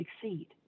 succeed